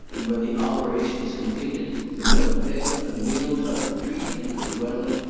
and when the operation is completed the milk-pail and the meal-tub retreat into the dwelling,